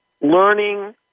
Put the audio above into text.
learning